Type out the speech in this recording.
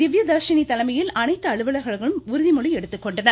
திவ்யதர்ஷினி தலைமையில் அனைத்து அலுவலர்களும் உறுதிமொழி எடுத்துக்கொண்டனர்